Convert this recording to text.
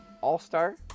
all-star